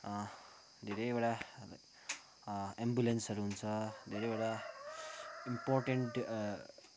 धेरैवटा एम्बुलेन्सहरू हुन्छ धेरैवटा इम्पोर्टेन्ट